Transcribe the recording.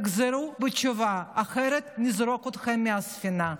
תחזרו בתשובה, אחרת נזרוק אתכם מהספינה.